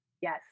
Yes